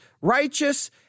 righteous